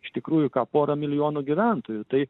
iš tikrųjų ką porą milijonų gyventojų tai